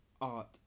art